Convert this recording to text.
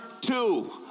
two